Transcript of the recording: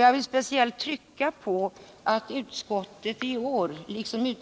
Jag vill speciellt trycka på att utskottet i år, liksom